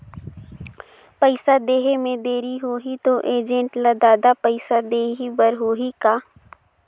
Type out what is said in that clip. पइसा देहे मे देरी होही तो एजेंट ला जादा पइसा देही बर होही का?